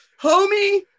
Homie